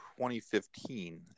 2015